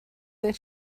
that